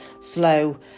slow